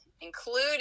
including